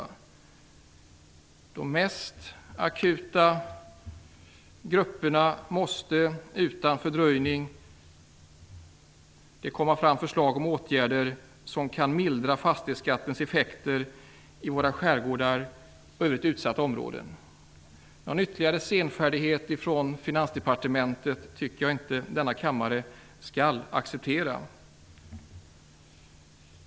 För de mest akuta grupperna måste det utan fördröjning komma fram förslag om åtgärder som kan mildra fastighetsskattens effekter i våra skärgårdar och övriga utsatta områden. Någon ytterligare senfärdighet från Finansdepartementet tycker jag inte att denna kammare skall acceptera.